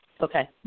Okay